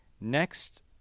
next